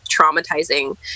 traumatizing